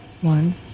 One